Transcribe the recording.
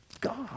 God